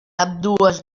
ambdues